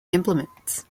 implements